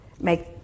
make